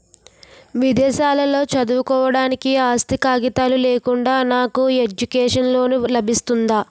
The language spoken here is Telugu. విదేశాలలో చదువుకోవడానికి ఆస్తి కాగితాలు లేకుండా నాకు ఎడ్యుకేషన్ లోన్ లబిస్తుందా?